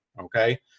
okay